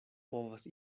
povas